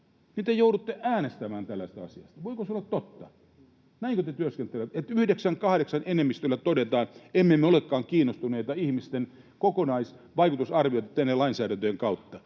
niin te joudutte äänestämään tällaisesta asiasta. Voiko se olla totta? Näinkö te työskentelette, että 9—8 enemmistöllä todetaan, että emme me olekaan kiinnostuneita ihmisten kokonaisvaikutusarvioista lainsäädäntöjen kautta?